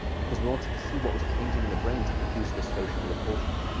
because we wanted to see what was changing the brain to produce this social repulsion.